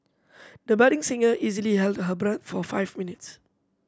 the budding singer easily held her breath for five minutes